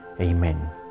Amen